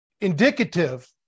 indicative